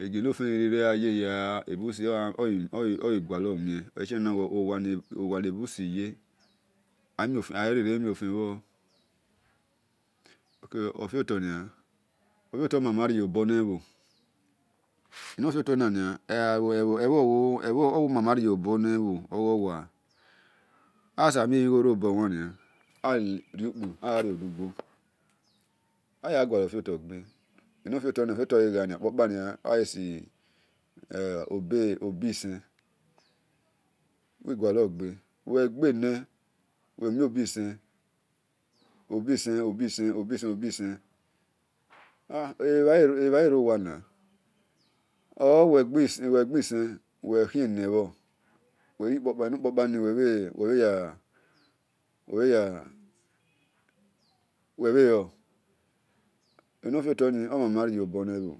Egue nafe ni gha yehia ebusi owhia hu abas mihen ole gho emhere we owa nebsi ye aire-ne miem fen bhan ofiotor noa omana riyobo nubhe aghe mole igho robor, aghi riukpu aya guator fioto ghe ofio to ogheghania o akhigo obi sen uwegudo gbe, uwe gbe ne, uwe miobe isen, obisen obise, obisen, ebhele rowana or uwe gbe isen uwokiene bhor eni ukpokani uwe bhe lor, eni ofiotoni omana riyobon ebho